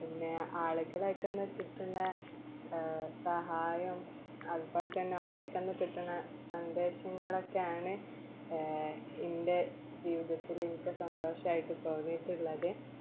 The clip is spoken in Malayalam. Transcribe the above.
പിന്നേ ആളുകളാൽ തന്നെ കിട്ടുന്ന സഹായം അതുപ്പോലെ തന്നെ കിട്ടുന്ന സന്ദേശങ്ങളക്കെയാണ് എൻ്റെ ജീവിതത്തില് എനിക്ക് സന്തോഷമായിട്ട് തോന്നിയിട്ടുള്ളത്